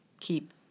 keep